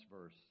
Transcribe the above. verse